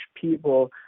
people